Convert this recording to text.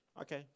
Okay